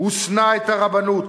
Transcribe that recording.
ושנא את הרבנות.